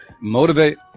motivate